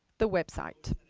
the website.